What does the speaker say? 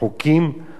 כולל חוק